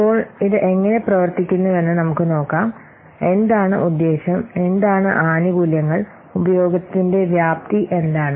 ഇപ്പോൾ ഇത് എങ്ങനെ പ്രവർത്തിക്കുന്നുവെന്ന് നമുക്ക് നോക്കാം എന്താണ് ഉദ്ദേശ്യം എന്താണ് ആനുകൂല്യങ്ങൾ ഉപയോഗത്തിന്റെ വ്യാപ്തി എന്താണ്